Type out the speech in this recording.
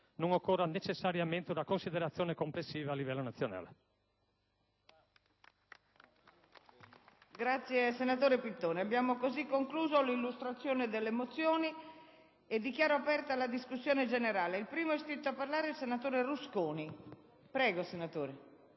non occorra necessariamente una considerazione complessiva a livello nazionale.